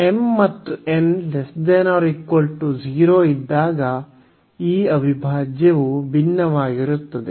m ಮತ್ತು n≤0 ಇದ್ದಾಗ ಈ ಅವಿಭಾಜ್ಯವು ಭಿನ್ನವಾಗಿರುತ್ತದೆ